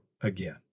again